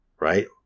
right